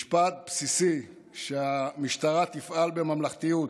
משפט בסיסי, שהמשטרה תפעל בממלכתיות,